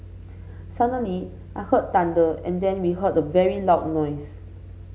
suddenly I heard thunder and then we heard a very loud noise